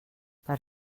per